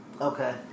Okay